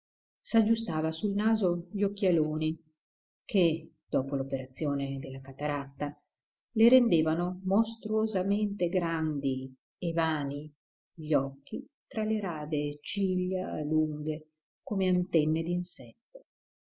precise s'aggiustava sul naso gli occhialoni che dopo l'operazione della cateratta le rendevano mostruosamente grandi e vani gli occhi tra le rade ciglia lunghe come antenne